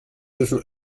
dürfen